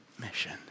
mission